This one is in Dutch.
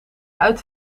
uit